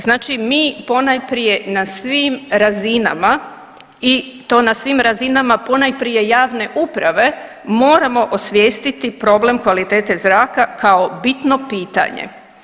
Znači mi ponajprije na svim razinama i to na svim razinama, ponajprije javne uprave moramo osvijestiti problem kvalitete zraka kao bitno pitanje.